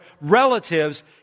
relatives